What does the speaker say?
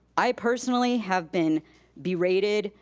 i personally have been berated,